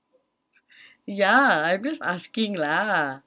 ya I'm just asking lah